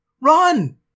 Run